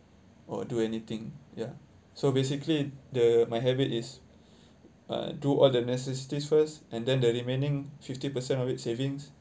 or do anything ya so basically the my habit is uh do all the necessities first and then the remaining fifty percent of it savings